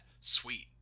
sweet